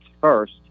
first